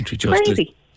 crazy